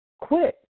quit